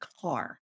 car